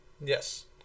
Yes